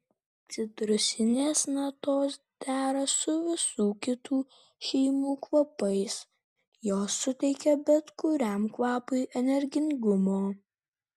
citrusinės natos dera su visų kitų šeimų kvapais jos suteikia bet kuriam kvapui energingumo